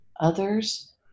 others